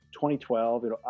2012